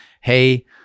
Hey